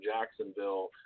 Jacksonville